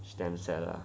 stem cell lah